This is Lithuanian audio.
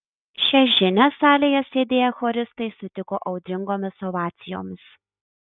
šią žinią salėje sėdėję choristai sutiko audringomis ovacijomis